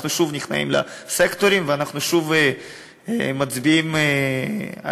אנחנו שוב נכנעים לסקטורים ואנחנו שוב מצביעים על